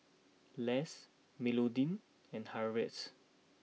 Less Melodee and Harriette